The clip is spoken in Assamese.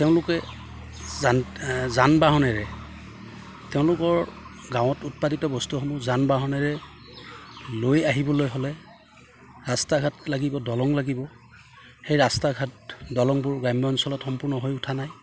তেওঁলোকে যান বাহনেৰে তেওঁলোকৰ গাঁৱত উৎপাদিত বস্তুসমূহ যান বাহনেৰে লৈ আহিবলৈ হ'লে ৰাস্তা ঘাট লাগিব দলং লাগিব সেই ৰাস্তা ঘাট দলংবোৰ গ্ৰাম্য অঞ্চলত সম্পূৰ্ণ হৈ উঠা নাই